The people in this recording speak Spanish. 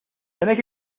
tenéis